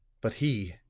but he,